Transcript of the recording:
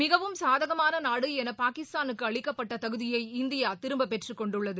மிகவும் சாதகமான நாடு என பாகிஸ்தானுக்கு அளிக்கப்பட்ட தகுதியை இந்தியா திரும்பப்பெற்றுக் கொண்டுள்ளது